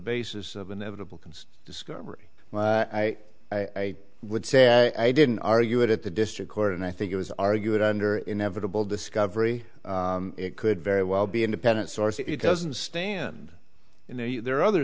basis of inevitable concerned discovery well i i would say i didn't argue it at the district court and i think it was argued under inevitable discovery it could very well be independent source if it doesn't stand and there are other